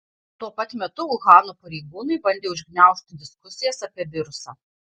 tuo pat metu uhano pareigūnai bandė užgniaužti diskusijas apie virusą